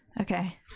Okay